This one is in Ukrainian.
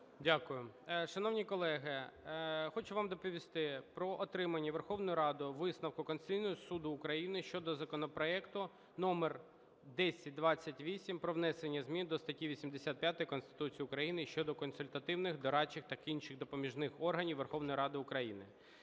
Дякую. Шановні колеги, хочу вам доповісти про отримання Верховною Радою висновку Конституційного Суду України щодо законопроекту номер 1028 про внесення змін до статті 85 Конституції України (щодо консультативних, дорадчих та інших допоміжних органів Верховної Ради України).